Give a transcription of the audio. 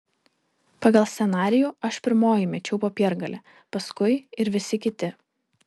pagal scenarijų aš pirmoji mečiau popiergalį paskui ir visi kiti